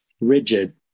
rigid